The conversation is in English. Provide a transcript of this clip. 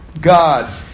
God